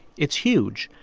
it's huge,